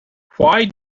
why